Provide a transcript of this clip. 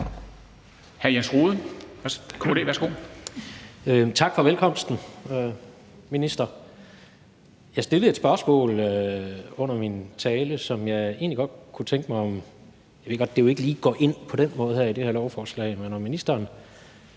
Tak for velkomsten, minister. Jeg stillede et spørgsmål under min tale, og jeg kunne egentlig godt tænke mig at høre – jeg ved godt, at det jo ikke lige går ind under det her lovforslag – om ministeren